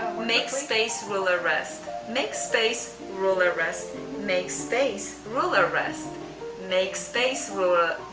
make space ruler rest make space ruler rest make space ruler rest make space ruler